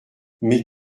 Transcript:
mais